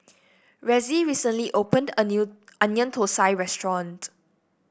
Ressie recently opened a new Onion Thosai Restaurant